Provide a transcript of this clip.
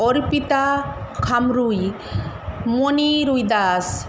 Arpita Khamrui Moni Ruidas